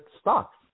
stocks